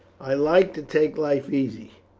i like to take life easily,